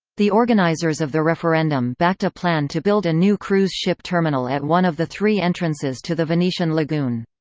the organizers of the referendum backed a plan to build a new cruise ship terminal at one of the three entrances to the venetian lagoon.